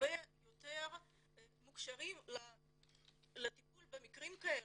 הרבה יותר מוכשרים לטיפול במקרים כאלה.